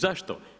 Zašto?